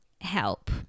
help